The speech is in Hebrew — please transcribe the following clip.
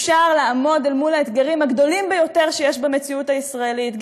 אפשר לעמוד מול האתגרים הגדולים יותר שיש במציאות הישראלית,